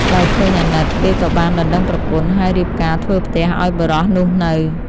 ដោយឃើញអាណិត គេក៏បានដណ្ដឹងប្រពន្ធ ហើយរៀបការធ្វើផ្ទះឱ្យបុរសនោះនៅ។